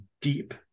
deep